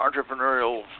entrepreneurial